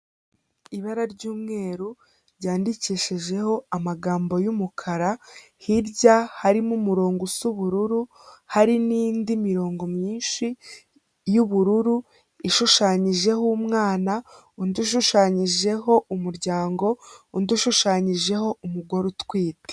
Ibara ry'umweru ryandikishijeho amagambo y'umukara, hirya harimo umurongo usa ubururu hari n'indi mirongo myinshi y'ubururu ishushanyijeho umwana, undi ushushanyijeho umuryango, undi ushushanyijeho umugore utwite.